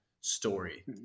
story